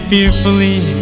Fearfully